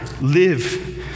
live